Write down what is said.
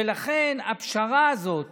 ולכן הפשרה הזאת